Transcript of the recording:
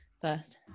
first